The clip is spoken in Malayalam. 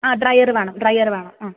ആ ഡ്രയർ വേണം ഡ്രയർ വേണം ആ